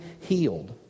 healed